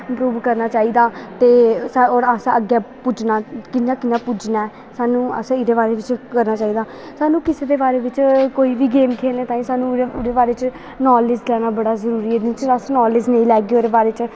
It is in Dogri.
इंप्रूव करना चाहिदा होर असें अग्गें पुज्जना कियां कि'यां पुज्जना ऐ सानूं एह्दे बारे बिच्च करना चाहिदा सानूं किसे दे बारे बिच्च कोई बी गेम खेलने ताहीं सानूं ओह्दे बारे च नालेज लैना बड़ा जरूरी ऐ जिन्ना चिर अस नालेज नेईं लैगे ओह्दे बारे च